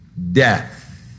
Death